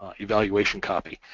ah evaluation copy,